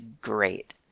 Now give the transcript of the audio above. great